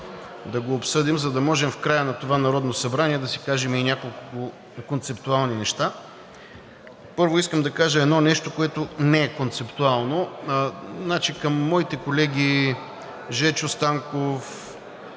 да го обсъдим, за да можем в края на това Народно събрание да си кажем и няколко концептуални неща. Първо искам да кажа едно нещо, което не е концептуално. Към моите колеги Жечо Станков